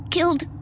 Killed